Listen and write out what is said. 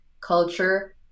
culture